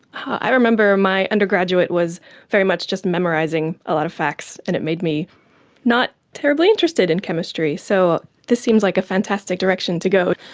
i remember my undergraduate was very much just memorising a lot of facts and it made me not terribly interested in chemistry, so this seems like a fantastic direction to go.